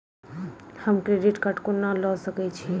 हम credit card कोना लऽ सकै छी?